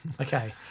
Okay